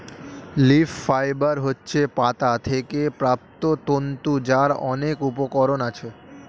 leaf fibre হচ্ছে পাতা থেকে প্রাপ্ত তন্তু যার অনেক উপকরণ আছে